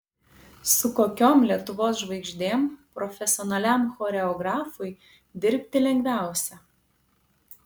su kokiom lietuvos žvaigždėm profesionaliam choreografui dirbti lengviausia